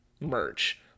merch